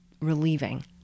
relieving